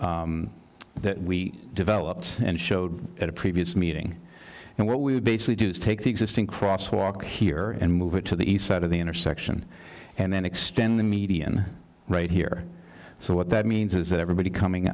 concord that we developed and showed at a previous meeting and what we basically do is take the existing cross walk here and move it to the east side of the intersection and then extend the median right here so what that means is that everybody coming